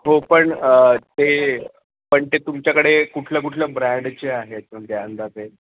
हो पण ते पण ते तुमच्याकडे कुठल्या कुठल्या ब्रँडचे आहेत म्हणजे अंदाजे